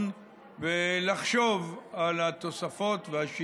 תודה רבה על התשובות.